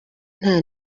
nta